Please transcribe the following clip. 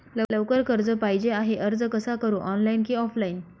लवकर कर्ज पाहिजे आहे अर्ज कसा करु ऑनलाइन कि ऑफलाइन?